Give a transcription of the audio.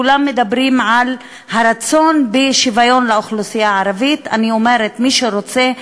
כולם מדברים על הרצון בשוויון לאוכלוסייה הערבית אני אומרת: מי שרוצה,